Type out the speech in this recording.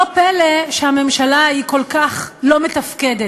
לא פלא שהממשלה כל כך לא מתפקדת.